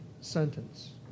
sentence